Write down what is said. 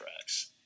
tracks